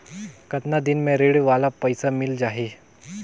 कतना दिन मे ऋण वाला पइसा मिल जाहि?